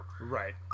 Right